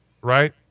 right